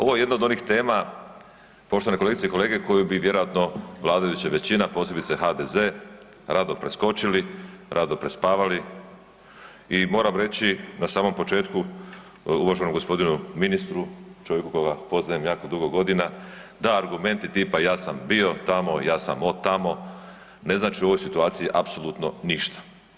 Ovo je jedna od onih tema, poštovane kolegice i kolege, koju bi vjerojatno vladajuća većina, posebice HDZ, rado preskočili, rado prespavali i moram reći na samom početku uvaženom g. ministru, čovjeku kojega poznajem jako dugo godina da argumenti tipa „ja sam bio tamo“, „ja sam od tamo“ ne znači u ovoj situaciji apsolutno ništa.